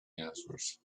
answers